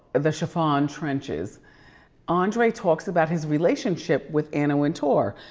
the chiffon trenches andre talks about his relationship with anna wintour.